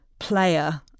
player